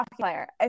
player